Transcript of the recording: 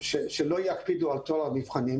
שלא יקפידו על טוהר מבחנים.